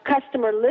customer